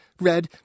red